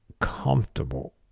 comfortable